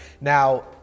Now